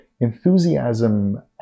enthusiasm